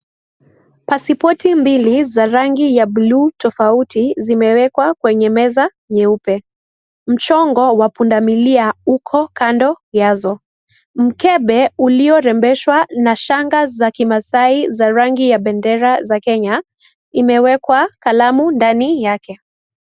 Pasipoti mbili za rangi ya buluu tofauti zimewekwa kwenye meza nyeupe. Mchongo wa pundamilia uko kando yazo. Mkebe uliorembeshwa na shanga za kimaasai za rangi ya bendera za Kenya imewekwa kalamu ndani yake.